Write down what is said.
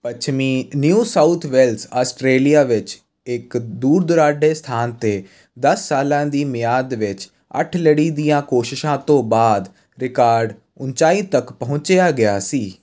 ਪੱਛਮੀ New South Wales Australia ਵਿੱਚ ਇੱਕ ਦੂਰ ਦੁਰਾਡੇ ਸਥਾਨ 'ਤੇ ਦਸ ਸਾਲਾਂ ਦੀ ਮਿਆਦ ਵਿੱਚ ਅੱਠ ਲੜੀ ਦੀਆਂ ਕੋਸ਼ਿਸ਼ਾਂ ਤੋਂ ਬਾਅਦ ਰਿਕਾਰਡ ਉਚਾਈ ਤੱਕ ਪਹੁੰਚਿਆ ਗਿਆ ਸੀ